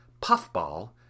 Puffball